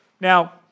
Now